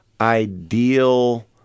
ideal